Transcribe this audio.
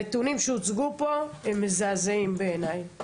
הנתונים שהוצגו פה הם מזעזעים בעיניי.